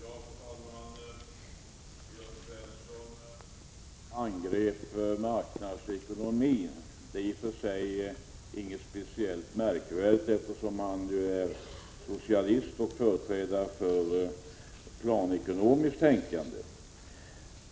Fru talman! Jörn Svensson angrep marknadsekonomin, vilket i och för sig inte är något märkvärdigt, eftersom han är socialist och företrädare för planekonomiskt tänkande.